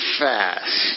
fast